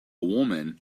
woman